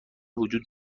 وجود